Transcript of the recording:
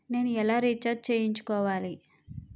నేను ఎలా రీఛార్జ్ చేయించుకోవాలి?